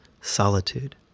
solitude